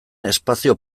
espazio